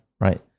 Right